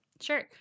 Sure